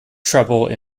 trouble